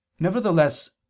Nevertheless